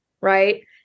Right